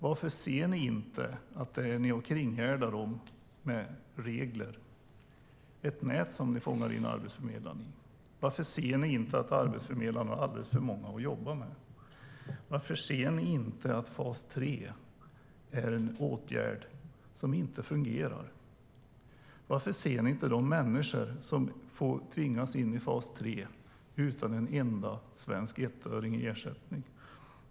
Varför ser ni inte att ni kringgärdar arbetsförmedlarna med regler och fångar in dem i ett nät? Varför ser ni inte att arbetsförmedlarna har alldeles för många att jobba med? Varför ser ni inte att fas 3 är en åtgärd som inte fungerar? Varför ser ni inte de människor som tvingas in i fas 3 utan en enda svensk ettöring i ersättning?